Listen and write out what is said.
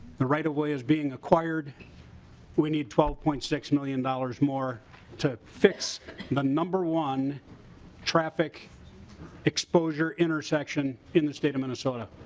the right-of-way is being acquiredwe need twelve point six million dollars more to fix the number one traffic exposure intersection in the state of minnesota.